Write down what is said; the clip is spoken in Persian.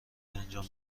انجام